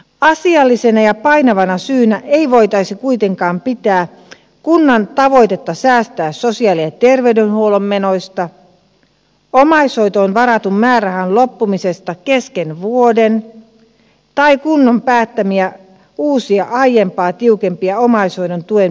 asiallisena ja painavana syynä ei voitaisi kuitenkaan pitää kunnan tavoitetta säästää sosiaali ja terveydenhuollon menoista omaishoitoon varatun määrärahan loppumista kesken vuoden tai kunnan päättämiä uusia aiempaa tiukempia omaishoidon tuen myöntämisperusteita